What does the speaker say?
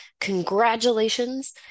Congratulations